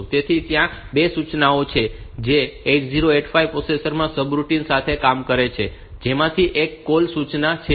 તેથી ત્યાં 2 સૂચનાઓ છે જે 8085 પ્રોસેસરમાં સબરૂટિન સાથે કામ કરે છે જેમાંની એક કૉલ સૂચના છે